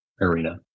arena